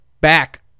back